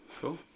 Cool